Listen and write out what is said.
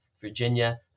Virginia